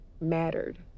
mattered